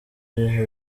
ibihe